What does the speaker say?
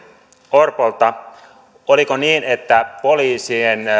orpolta oliko niin että poliisien